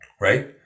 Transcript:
right